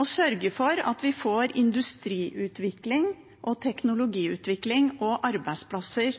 og sørge for at vi får industriutvikling, teknologiutvikling, arbeidsplasser